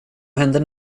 händer